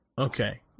Okay